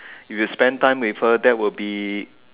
if you spent time with her that would be